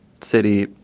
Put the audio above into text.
city